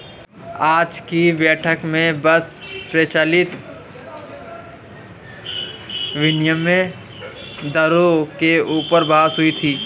आज की बैठक में बस प्रचलित विनिमय दरों के ऊपर बहस हुई थी